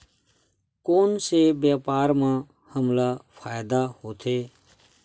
कोन से व्यापार म हमला फ़ायदा होथे?